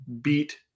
beat